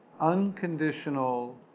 unconditional